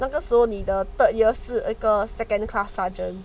那个时候你的 third year 是一个 second class sergeant